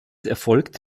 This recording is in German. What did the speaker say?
erfolgt